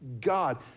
God